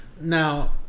Now